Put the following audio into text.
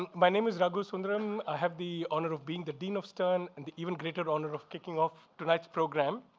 my name is raghu sundaram. i have the honor of being the dean of stern and the even greater honor of kicking off tonight's program.